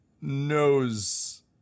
knows